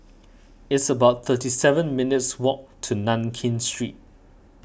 it's about thirty seven minutes' walk to Nankin Street